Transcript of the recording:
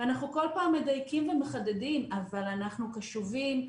ואנחנו כל פעם מדייקים ומחדדים, אבל אנחנו קשובים.